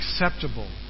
acceptable